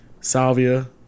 Salvia